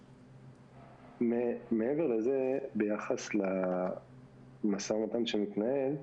מעבר לזה, ביחס למשא-ומתן שמתנהל,